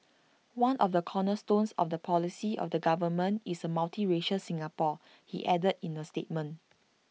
one of the cornerstones of the policy of the government is A multiracial Singapore he added in A statement